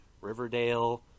Riverdale